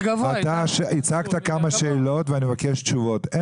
הצגת כמה שאלות ואני מבקש תשובות.